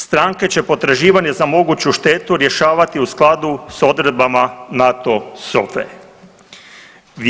Stranke će potraživanje za moguću štetu rješavati u skladu s odredbama NATO SOFA-e.